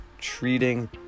treating